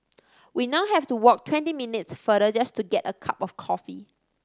we now have to walk twenty minutes farther just to get a cup of coffee